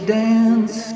dance